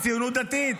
ציונות דתית.